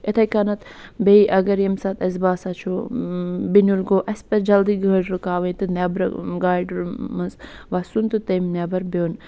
یِتھٕے کٔنٮ۪تھ بیٚیہِ اگر ییٚمہِ ساتہٕ اَسہِ باسان چھُ بِنیُل گوٚو اَسہِ پَزِ جلدی گٲڑۍ رُکاوٕنۍ تہٕ نیٚبرٕ گاڑِ مَنٛز وَسُن تہٕ تَمہِ نیٚبَر بِہُن